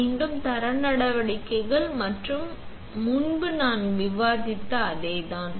மீண்டும் தர நடவடிக்கைகள் நாம் முன்பு விவாதித்த அதேதான்